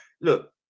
look